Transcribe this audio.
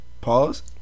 Pause